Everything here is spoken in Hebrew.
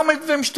וכל מיני שטויות,